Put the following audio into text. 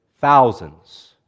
thousands